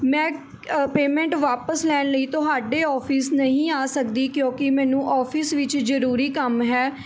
ਮੈਂ ਪੇਮੈਂਟ ਵਾਪਸ ਲੈਣ ਲਈ ਤੁਹਾਡੇ ਔਫਿਸ ਨਹੀਂ ਆ ਸਕਦੀ ਕਿਉਂਕਿ ਮੈਨੂੰ ਔਫਿਸ ਵਿੱਚ ਜ਼ਰੂਰੀ ਕੰਮ ਹੈ